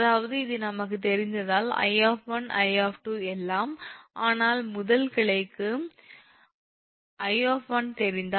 அதாவது இது நமக்குத் தெரிந்தால் 𝐼 𝐼 எல்லாம் ஆனால் முதல் கிளைக்கு 𝐼 தெரிந்தால்